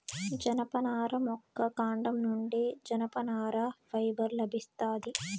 జనపనార మొక్క కాండం నుండి జనపనార ఫైబర్ లభిస్తాది